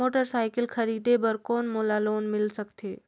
Motorcycle खरीदे बर कौन मोला लोन मिल सकथे?